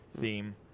theme